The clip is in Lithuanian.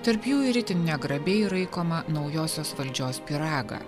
tarp jų ir itin negrabiai raikomą naujosios valdžios pyragą